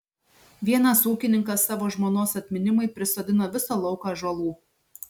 vienas ūkininkas savo žmonos atminimui prisodino visą lauką ąžuolų